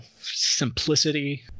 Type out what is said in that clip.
simplicity